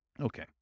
Okay